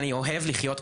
אני אוהב לחיות פה,